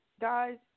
guys